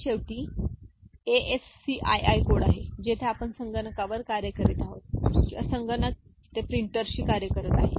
आणि शेवटी हा ASCII कोड आहे जेथे आपण संगणकावर कार्य करीत आहोत किंवा संगणक ते प्रिंटरशी कार्य करत आहे